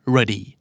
Ready